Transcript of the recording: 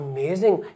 Amazing